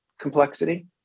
complexity